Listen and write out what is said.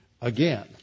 again